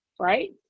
right